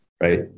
right